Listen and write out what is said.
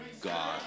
God